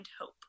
hope